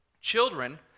Children